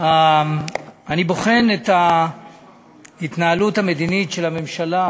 אני בוחן את ההתנהלות המדינית של הממשלה